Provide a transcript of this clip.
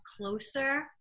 closer